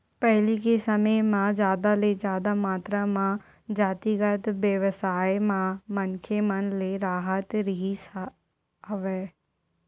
पहिली के समे म जादा ले जादा मातरा म जातिगत बेवसाय म मनखे मन लगे राहत रिहिस हवय